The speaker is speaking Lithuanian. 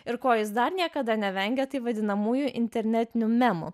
ir ko jis dar niekada nevengia taip vadinamųjų internetinių memų